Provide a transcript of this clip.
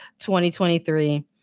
2023